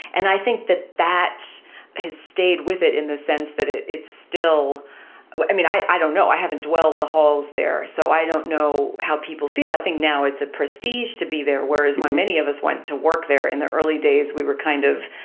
and i think that that has stayed with it in the sense that it's still i mean, i i don't know, i haven't dwelled the halls there, so i don't know how people feel. i think now it's a prestige to. be there, whereas when many of us went to work there in the early days, we were kind of,